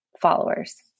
followers